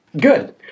Good